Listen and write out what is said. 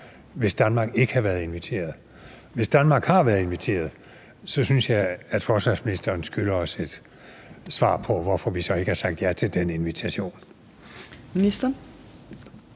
hvis Danmark ikke har været inviteret. Hvis Danmark har været inviteret, synes jeg, at forsvarsministeren skylder os et svar på, hvorfor vi så ikke har sagt ja til den invitation. Kl.